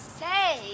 say